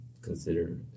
consider